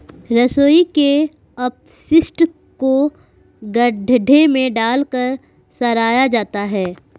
रसोई के अपशिष्ट को गड्ढे में डालकर सड़ाया जाता है